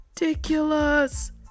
ridiculous